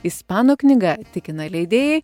ispanų knyga tikina leidėjai